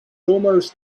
almost